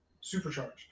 supercharged